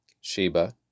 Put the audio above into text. Sheba